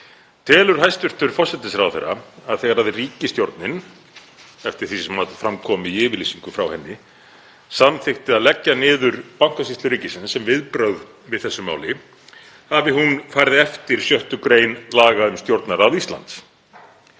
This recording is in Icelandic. Telur hæstv. forsætisráðherra að þegar ríkisstjórnin, eftir því sem fram kom í yfirlýsingu frá henni, samþykkti að leggja niður Bankasýslu ríkisins sem viðbrögð við þessu máli hafi hún farið eftir 6. gr. laga um Stjórnarráð Íslands?